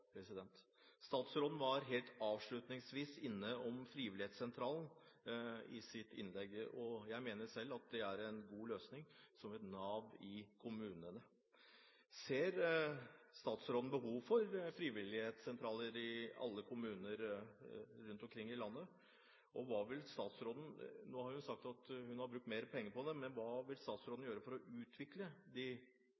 på. Statsråden var helt avslutningsvis i sitt innlegg innom frivillighetssentraler. Jeg mener selv at det er en god løsning som et nav i kommunene. Ser statsråden behov for frivillighetssentraler i alle kommuner rundt omkring i landet? Hva vil statsråden gjøre – nå har hun jo sagt at hun har brukt mer penger på det